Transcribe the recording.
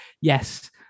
yes